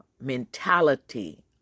mentality